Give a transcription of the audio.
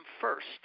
first